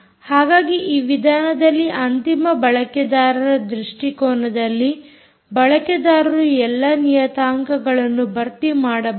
ಹಾಗಾಗಿ ಈ ವಿಧಾನದಲ್ಲಿ ಅಂತಿಮ ಬಳಕೆದಾರರ ದೃಷ್ಟಿಕೋನದಲ್ಲಿ ಬಳಕೆದಾರರು ಎಲ್ಲಾ ನಿಯತಾಂಕಗಳನ್ನು ಭರ್ತಿ ಮಾಡಬಹುದು